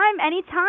anytime